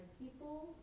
people